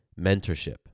mentorship